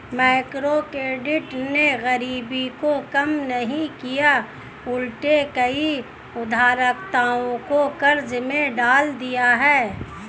microcredit ने गरीबी को कम नहीं किया उलटे कई उधारकर्ताओं को कर्ज में डाल दिया है